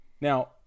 Now